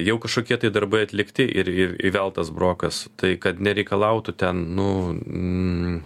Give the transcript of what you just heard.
jau kažkokie tai darbai atlikti ir įveltas brokas tai kad nereikalautų ten